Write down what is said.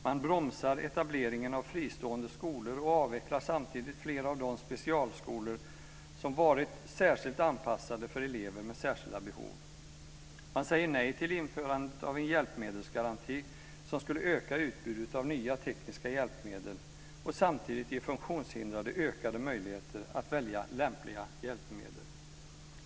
Man bromsar etableringen av fristående skolor och avvecklar samtidigt flera av de specialskolor som varit särskilt anpassade för elever med särskilda behov. Man säger nej till införandet av en hjälpmedelsgaranti som skulle öka utbudet av nya tekniska hjälpmedel och samtidigt ge funktionshindrade ökade möjligheter att välja lämpliga hjälpmedel.